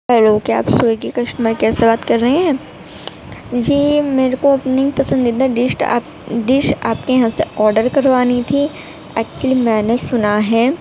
hello کیا آپ Swiggy customer care سے بات کر رہے ہیں جی میرے کو اپنی پسندیدہ ڈشٹ ڈش آپ کے یہاں سے آڈر کروانی تھی ایکچولی میں نے سنا ہے